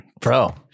Bro